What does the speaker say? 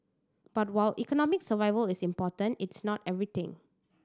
but while economic survival is important it's not everything